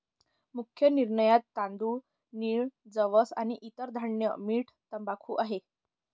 मुख्य निर्यातत तांदूळ, नीळ, जवस आणि इतर धान्य, मीठ, तंबाखू आहे